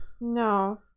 No